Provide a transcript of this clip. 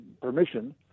permission